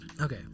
Okay